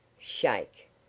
Shake